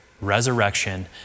resurrection